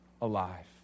alive